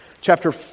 Chapter